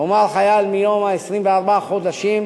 כלומר, מ-24 חודשים